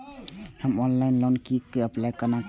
हम online loan के लिए अप्लाई केना करब?